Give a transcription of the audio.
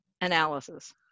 analysis